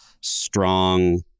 strong